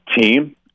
team